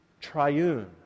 triune